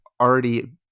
already